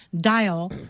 dial